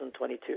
2022